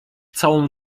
całą